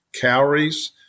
calories